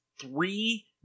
Three